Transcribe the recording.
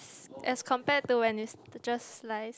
as compare to when it just slice